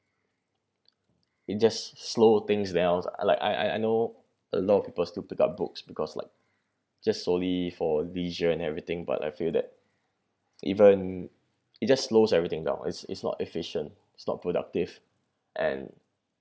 it just slow things down and I I know a lot of people still pick up books because like just solely for leisure and everything but I feel that even it just slows everything down it's it's not efficient it's not productive and